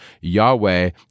Yahweh